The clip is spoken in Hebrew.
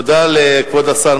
תודה לכבוד השר.